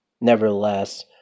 Nevertheless